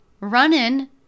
running